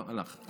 לא, הלך.